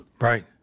Right